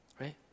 right